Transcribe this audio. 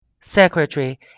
secretary